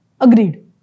Agreed